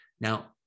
Now